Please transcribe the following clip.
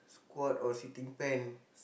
squat or sitting pen